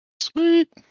Sweet